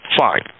Fine